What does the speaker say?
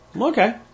okay